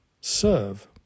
serve